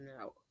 no